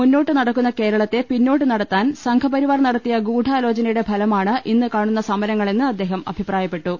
മുന്നോട്ട് നടക്കുന്ന കേരളത്തെ പിന്നോട്ട് നടത്താൻ സംഘപരിവാർ നടത്തിയ ഗൂഢാലോചനയുടെ ഫലമാണ് ഇന്ന് കാണുന്ന സമരങ്ങളെന്ന് അദ്ദേഹം അഭിപ്രായപ്പെട്ടു